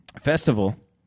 festival